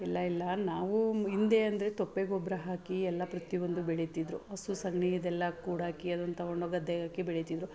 ಇಲ್ಲ ಇಲ್ಲ ನಾವೂ ಇಂದೆ ಅಂದರೆ ತೊಪ್ಪೆ ಗೊಬ್ಬರ ಹಾಕಿ ಎಲ್ಲ ಪ್ರತಿ ಒಂದು ಬೆಳಿತಿದ್ರು ಹಸು ಸಗಣಿ ಇದೆಲ್ಲ ಕೂಡಾಕಿ ಅದನ್ನ ತಗೊಂಡೋಗಿ ಗದ್ದೆಗಾಕಿ ಬೆಳೀತಿದ್ರು